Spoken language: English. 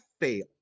fail